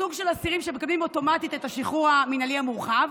סוג של אסירים שמקבלים אוטומטית את השחרור המינהלי המורחב,